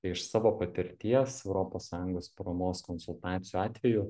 iš savo patirties europos sąjungos paramos konsultacijų atveju